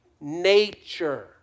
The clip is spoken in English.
nature